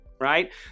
right